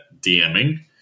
DMing